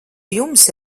jums